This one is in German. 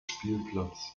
spielplatz